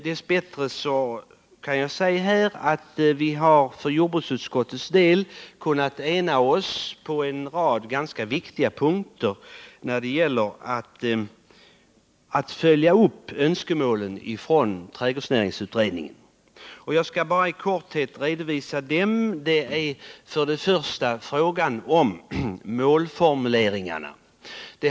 Dess bättre har vi inom jordbruksutskottet kunnat ena oss på en rad viktiga punkter när det gäller att följa upp önskemålen från trädgårdsnäringsutredningen. Jag skall i korthet redovisa dem. För det första är det fråga om målformuleringarna.